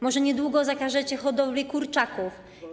Możecie niedługo zakażecie hodowli kurczaków?